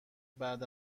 بعد